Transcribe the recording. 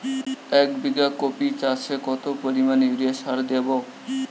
এক বিঘা কপি চাষে কত পরিমাণ ইউরিয়া সার দেবো?